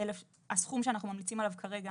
הסכום שאנחנו ממליצים עליו כרגע,